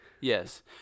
Yes